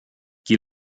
chi